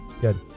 Good